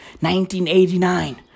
1989